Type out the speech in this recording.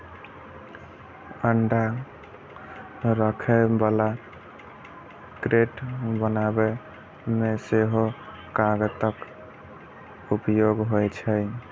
अंडा राखै बला क्रेट बनबै मे सेहो कागतक उपयोग होइ छै